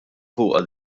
fuqha